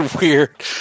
weird